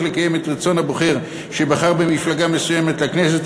לקיים את רצון הבוחר שבחר במפלגה מסוימת לכנסת,